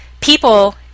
people